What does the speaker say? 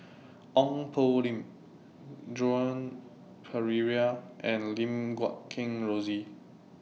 Ong Poh Lim Joan Pereira and Lim Guat Kheng Rosie